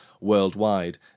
worldwide